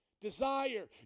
Desire